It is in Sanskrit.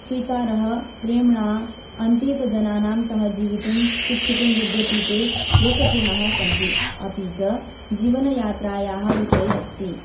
स्वीकारः प्रेम्णा अन्ते च जनानां सह जीवितुं शिक्षितुं यद्यपि ते दोषपूर्णाः सन्ति अपि च जीवनयात्रायाः विषये अस्ति